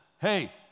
hey